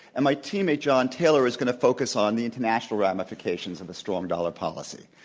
and my teammate john taylor is going to focus on the international ramifications of a strong dollar policy.